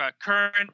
current